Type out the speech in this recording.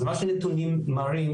אז מה שהנתונים מראים,